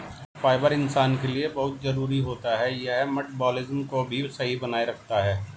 fibre इंसान के लिए बहुत जरूरी होता है यह मटबॉलिज़्म को भी सही बनाए रखता है